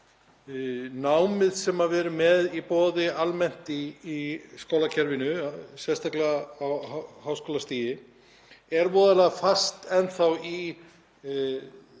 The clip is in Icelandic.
námið sem við erum með í boði almennt í skólakerfinu, sérstaklega á háskólastigi, er voðalega fast enn þá í sömu